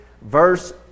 verse